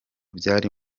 byari